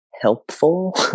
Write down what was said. helpful